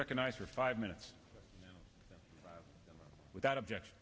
recognized for five minutes without object